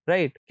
Right